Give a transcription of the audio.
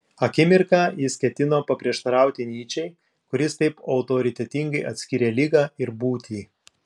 akimirką jis ketino paprieštarauti nyčei kuris taip autoritetingai atskyrė ligą ir būtį